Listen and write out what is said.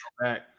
back